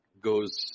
goes